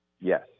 Yes